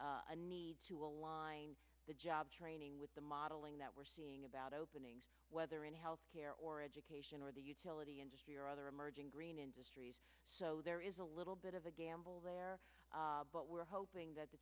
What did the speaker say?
a need to align the job training with the modeling that we're seeing about openings whether in health care or education or the utility industry or other emerging green industries so there is a little bit of a gamble there but we're hoping that the